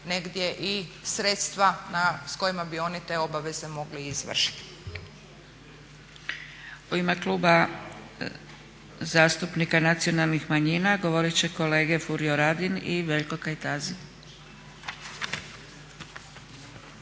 negdje i sredstva s kojima bi oni te obaveze mogli izvršiti. **Zgrebec, Dragica (SDP)** U ime Kluba zastupnika nacionalnih manjina govorit će kolege Furio Radin i Veljko Kajtazi.